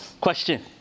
Question